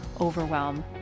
overwhelm